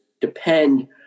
depend